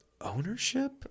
ownership